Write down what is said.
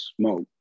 smoke